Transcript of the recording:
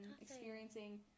experiencing